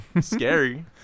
scary